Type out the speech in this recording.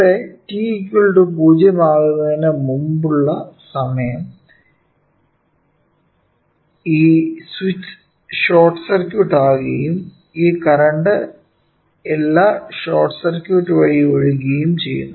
ഇവിടെ t0 ആകുന്നതിനു മുൻപുള്ള സമയം ഈ സ്വിച്ച് ഷോർട്ട് സർക്യൂട്ട് ആകുകയും ഈ കറന്റ് എല്ലാം ഷോർട്ട് സർക്യൂട്ട് വഴി ഒഴുകുകയും ചെയ്യുന്നു